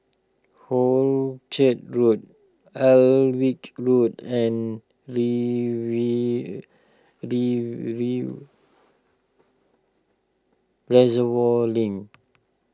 Hornchurch Road Alnwick Road and Reservoir Link